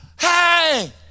hey